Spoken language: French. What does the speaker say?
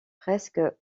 presque